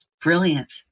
brilliant